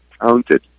counted